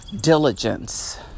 diligence